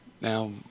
Now